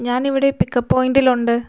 ഞാനിവിടെ പിക്കപ് പോയിൻ്റിൽ ഉണ്ട്